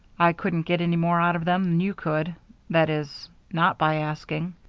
i couldn't get any more out of them than you could that is, not by asking.